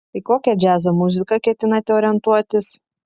į kokią džiazo muziką ketinate orientuotis